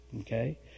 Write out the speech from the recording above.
Okay